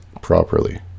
properly